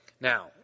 Now